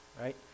right